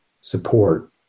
support